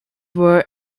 were